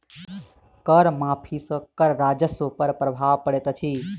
कर माफ़ी सॅ कर राजस्व पर प्रभाव पड़ैत अछि